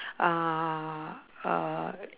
are uh